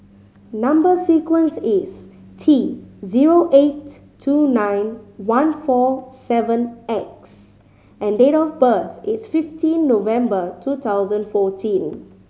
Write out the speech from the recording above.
number sequence is T zero eight two nine one four seven X and date of birth is fifteen November two thousand fourteen